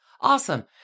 awesome